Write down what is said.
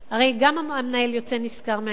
הרי גם המנהל יוצא נשכר מהעניין,